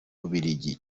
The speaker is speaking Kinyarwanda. bubiligi